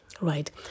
right